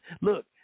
Look